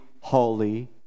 holy